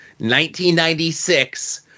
1996